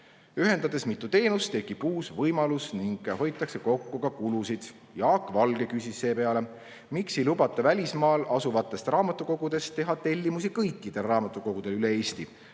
Ühendades mitu teenust, tekib uus võimalus ning hoitakse kokku kulusid. Jaak Valge küsis seepeale, miks ei lubata välismaal asuvatest raamatukogudest tellida kõikidel raamatukogudel üle Eesti.